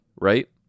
right